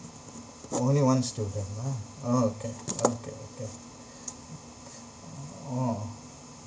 oh only one student lah oh okay okay okay oh